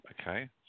okay